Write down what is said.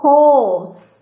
Horse